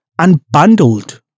unbundled